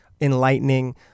enlightening